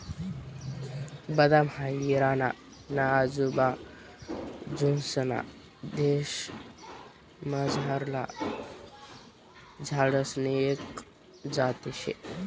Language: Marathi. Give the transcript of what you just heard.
बदाम हाई इराणा ना आजूबाजूंसना देशमझारला झाडसनी एक जात शे